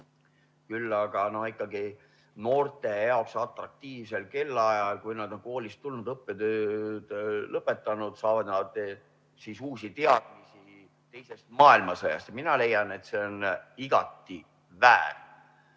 nutikas riik. Aga noored atraktiivsel kellaajal, kui nad on koolist tulnud, õppetöö lõpetanud, saavad uusi teadmisi teisest maailmasõjast. Mina leian, et see on igati väär.